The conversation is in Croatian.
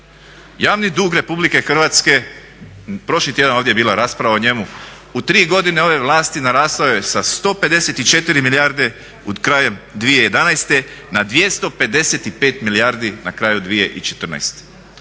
Javni dug RH prošli tjedan je ovdje bila rasprava o njemu, u tri godine ove vlasti narastao je sa 154 milijarde krajem 2011. Na 255 milijardi na kraju 2014.,